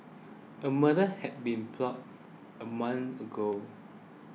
a murder had been plotted a month ago